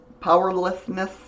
powerlessness